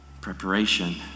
preparation